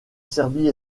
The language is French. serbie